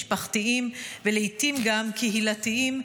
משפחתיים ולעיתים גם קהילתיים.